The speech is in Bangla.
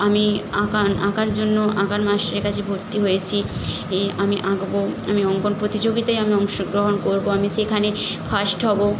আমি আঁকা আঁকার জন্য আঁকার মাস্টারের কাছে ভর্তি হয়েছি ই আমি আঁকব আমি অঙ্কন প্রতিযোগিতায় আমি অংশগ্রহণ করব আমি সেখানে ফার্স্ট হব